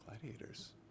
gladiators